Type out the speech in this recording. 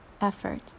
effort